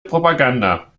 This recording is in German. propaganda